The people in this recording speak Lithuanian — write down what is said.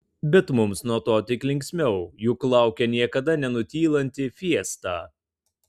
bet mums nuo to tik linksmiau juk laukia niekada nenutylanti fiesta